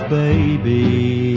baby